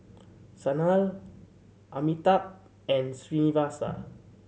Sanal Amitabh and Srinivasa